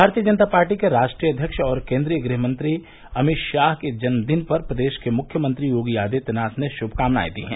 भारतीय जनता पार्टी के राष्ट्रीय अध्यक्ष और केन्द्रीय गृहमंत्री अमित शाह के जन्मदिन पर प्रदेश के मुख्यमंत्री योगी आदित्यनाथ ने शुभकामनायें दी है